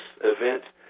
event